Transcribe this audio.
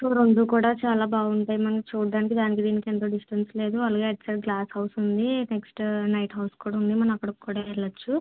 చూరొందు కూడా చాలా బాగుంటాయి మనకు చూడ్డానికి దానికి దీనికి ఎంతో డిస్టెన్స్ లేదు అలాగే అటు సైడ్ గ్లాస్ హౌస్ ఉంది నెక్స్ట్ నైట్ హౌస్ కూడా ఉంది మనం అక్కడికి కూడా వెళ్ళవచ్చు